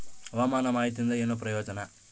ಹವಾಮಾನ ಮಾಹಿತಿಯಿಂದ ಏನು ಪ್ರಯೋಜನ?